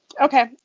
Okay